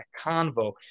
convo